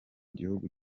gihugu